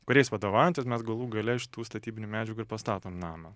kuriais vadovaujantis mes galų gale iš tų statybinių medžiagų ir pastatom namą